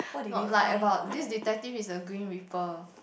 not like about this detective is a grim reaper